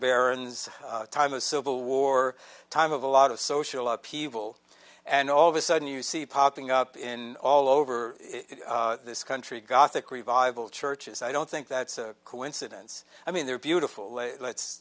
barrons time a civil war time of a lot of social upheaval and all of a sudden you see popping up in all over this country gothic revival churches i don't think that's a coincidence i mean they're beautiful let